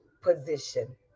position